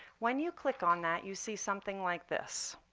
when you click on that, you see something like this.